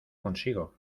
consigo